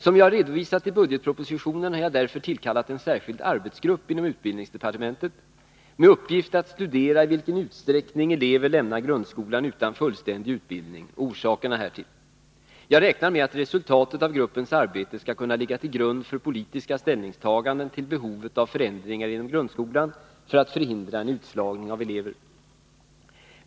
Som jag har redovisat i budgetpropositionen har jag därför tillkallat en särskild arbetsgrupp inom utbildningsdepartementet med uppgift att studera i vilken utsträckning elever lämnar grundskolan utan fullständig utbildning och orsakerna härtill. Jag räknar med att resultatet av gruppens arbete skall kunna ligga till grund för politiska ställningstaganden till behovet av förändringar inom grundskolan för att förhindra en utslagning av elever.